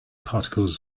particles